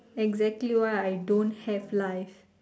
exactly why I don't have life